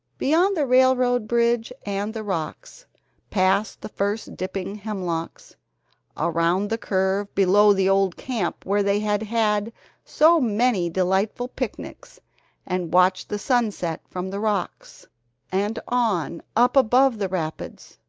beyond the railroad bridge and the rocks past the first dipping hemlocks around the curve below the old camp where they had had so many delightful picnics and watched the sunset from the rocks and on, up above the rapids.